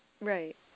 Right